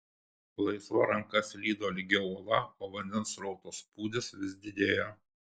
laisva ranka slydo lygia uola o vandens srauto spūdis vis didėjo